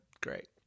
great